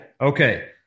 Okay